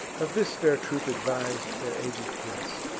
of this fair troop advis'd their aged prince,